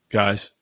guys